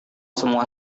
semua